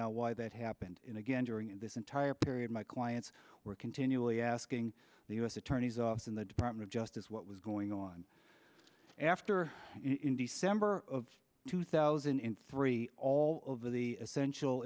now why that happened in again during this entire period my clients were continually asking the u s attorney's office in the department of justice what was going on after in december of two thousand and three all of the essential